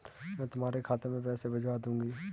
मैं तुम्हारे खाते में पैसे भिजवा दूँगी